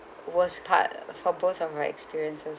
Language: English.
worst part for both of our experiences